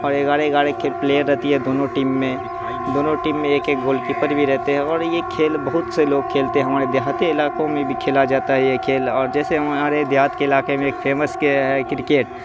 اور گیارہ گیارہ کے پلیئر رہتی ہے دونوں ٹیم میں دونوں ٹیم میں ایک ایک گول کیپر بھی رہتے ہیں اور یہ کھیل بہت سے لوگ کھیلتے ہیں ہمارے دیہاتی علاقوں میں بھی کھیلا جاتا ہے یہ کھیل اور جیسے ہمارے دیہات کے علاقے میں ایک پھیمس ہے کرکٹ